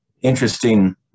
interesting